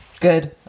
Good